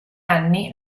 anni